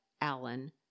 Allen